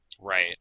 Right